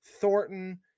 Thornton